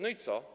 No i co?